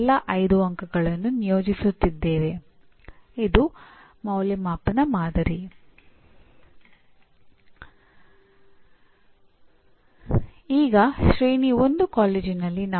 ಇದು ಪಠ್ಯಕ್ರಮದ ಅಂದಾಜುವಿಕೆಯನ್ನು ಸುಗಮಗೊಳಿಸುತ್ತದೆ ಇದು ಎನ್ಬಿಎಯ ನ ಅನುಕೂಲಗಳು